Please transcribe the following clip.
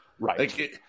Right